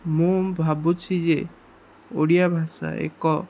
ମୁଁ ଭାବୁଛି ଯେ ଓଡ଼ିଆ ଭାଷା ଏକ